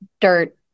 dirt